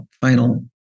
final